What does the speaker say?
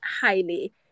highly